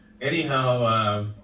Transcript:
anyhow